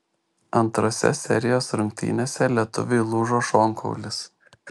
antrose serijos rungtynėse lietuviui lūžo šonkaulis